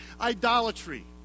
idolatry